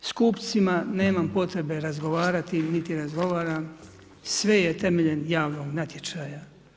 S kupcima nemam potrebe razgovarati, niti razgovaram, sve je temeljem javnog natječaja.